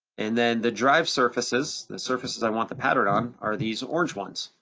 and then the drive surfaces, the surfaces i want the pattern on are these orange ones,